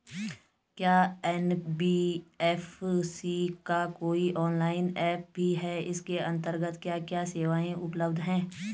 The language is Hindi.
क्या एन.बी.एफ.सी का कोई ऑनलाइन ऐप भी है इसके अन्तर्गत क्या क्या सेवाएँ उपलब्ध हैं?